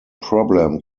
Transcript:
problem